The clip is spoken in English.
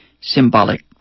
symbolic